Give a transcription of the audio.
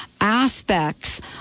aspects